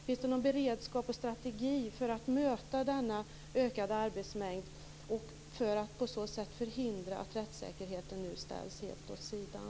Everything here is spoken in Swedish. Finns det någon beredskap och strategi för att möta denna ökade arbetsmängd för att förhindra att rättssäkerheten ställs helt åt sidan?